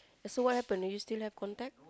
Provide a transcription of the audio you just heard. so what happen are you still have contact